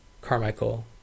Carmichael